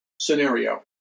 scenario